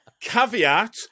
caveat